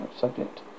subject